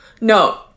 No